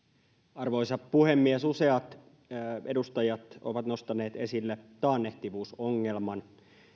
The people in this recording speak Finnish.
arvoisa puhemies useat edustajat ovat nostaneet esille taannehtivuusongelman